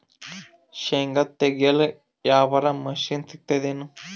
ಶೇಂಗಾ ತೆಗೆಯಲು ಯಾವರ ಮಷಿನ್ ಸಿಗತೆದೇನು?